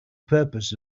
purpose